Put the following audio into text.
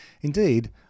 Indeed